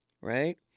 Right